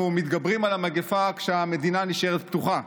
מתגברים על המגפה כשהמדינה נשארת פתוחה.